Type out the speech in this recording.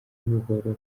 buhoro